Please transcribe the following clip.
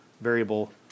Variable